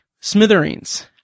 Smithereens